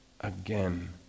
again